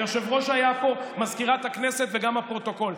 היושב-ראש היה פה, מזכירת הכנסת, וגם הפרוטוקול.